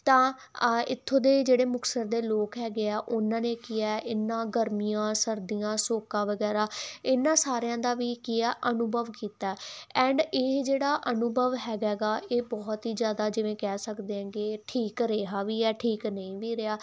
ਤਾਂ ਆ ਇਥੋਂ ਦੇ ਜਿਹੜੇ ਮੁਕਤਸਰ ਦੇ ਲੋਕ ਹੈਗੇ ਆ ਉਹਨਾਂ ਨੇ ਕੀ ਹੈ ਇਨ੍ਹਾਂ ਗਰਮੀਆਂ ਸਰਦੀਆਂ ਸੋਕਾ ਵਗੈਰਾ ਇਹਨਾਂ ਸਾਰਿਆਂ ਦਾ ਵੀ ਕੀ ਆ ਅਨੁਭਵ ਕੀਤਾ ਐਂਡ ਇਹ ਜਿਹੜਾ ਅਨੁਭਵ ਹੈਗਾ ਗਾ ਇਹ ਬਹੁਤ ਹੀ ਜ਼ਿਆਦਾ ਜਿਵੇਂ ਕਹਿ ਸਕਦੇ ਹਾਂ ਕਿ ਠੀਕ ਰਿਹਾ ਵੀ ਹੈ ਠੀਕ ਨਹੀਂ ਵੀ ਰਿਹਾ